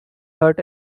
hurt